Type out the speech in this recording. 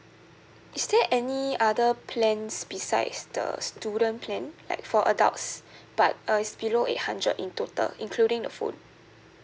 is there any other plans besides the student plan like for adults but uh it's below eight hundred in total including the phone